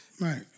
Right